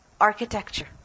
architecture